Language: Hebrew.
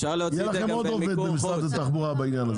אז יהיה לכם עוד עובד במשרד התחבורה בעניין הזה,